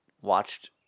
watched